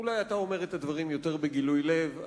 אולי אתה אומר את הדברים יותר בגילוי לב,